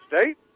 State